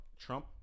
Trump